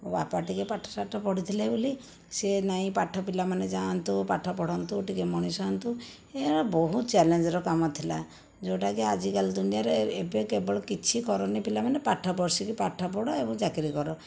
ମୋ ବାପା ଟିକିଏ ପାଠଶାଠ ପଢ଼ିଥିଲେ ବୋଲି ସିଏ ନାଇଁ ପାଠ ପିଲାମାନେ ଯାଆନ୍ତୁ ପାଠ ପଢ଼ନ୍ତୁ ଟିକିଏ ମଣିଷ ହୁଅନ୍ତୁ ଏହାର ବହୁତ ଚ୍ୟାଲେଞ୍ଜର କାମ ଥିଲା ଯେଉଁଟାକି ଆଜିକାଲି ଦୁନିଆଁରେ ଏବେ କେବଳ କିଛି କରନି ପିଲାମାନେ ପାଠ ବସିକି ପାଠ ପଢ଼ ଏବଂ ଚାକିରି କର